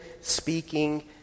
speaking